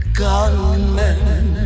gunmen